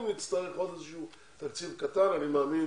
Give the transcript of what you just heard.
אם נצטרך עוד איזה שהוא תקציב קטן אני מאמין